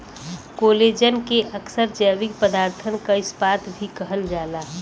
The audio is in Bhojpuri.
कोलेजन के अक्सर जैविक पदारथन क इस्पात भी कहल जाला